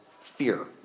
fear